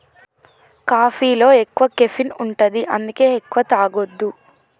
కాఫీలో ఎక్కువ కెఫీన్ ఉంటది అందుకే ఎక్కువ తాగొద్దు